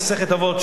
במסכת אבות,